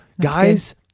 guys